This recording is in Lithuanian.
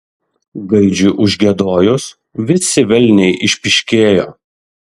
gaidžiui užgiedojus visi velniai išpyškėjo